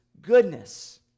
goodness